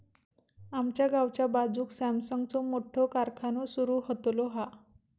आमच्या गावाच्या बाजूक सॅमसंगचो मोठो कारखानो सुरु होतलो हा